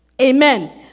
Amen